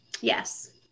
Yes